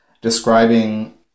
describing